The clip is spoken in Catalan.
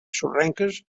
sorrenques